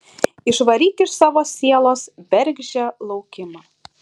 išvaryk iš savo sielos bergždžią laukimą